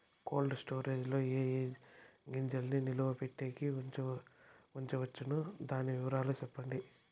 Cold storage లో ఏ ఏ గింజల్ని నిలువ పెట్టేకి ఉంచవచ్చును? దాని వివరాలు సెప్పండి?